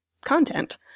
content